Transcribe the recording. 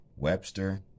webster